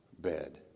bed